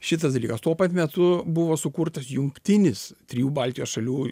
šitas dalykas tuo pat metu buvo sukurtas jungtinis trijų baltijos šalių